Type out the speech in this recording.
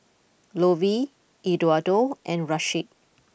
Lovey Eduardo and Rasheed